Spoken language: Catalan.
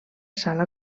sala